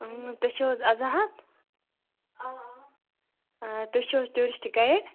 ٲں تُہۍ چھِو حاز اَزاحَت آ آ تُہۍ چھِو حظ ٹوٗرِسٹہٕ گَیِڈ